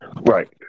right